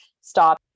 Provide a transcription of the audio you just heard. stop